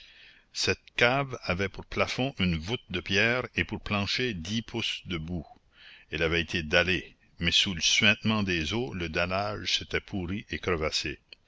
cette cave avait pour plafond une voûte de pierre et pour plancher dix pouces de boue elle avait été dallée mais sous le suintement des eaux le dallage s'était pourri et crevassé